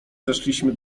zeszliśmy